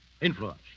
Influence